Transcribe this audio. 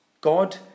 God